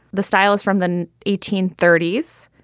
the styles from the eighteen thirty s,